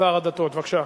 שר הדתות, בבקשה.